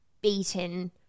beaten